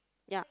ya